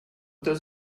does